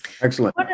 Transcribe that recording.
Excellent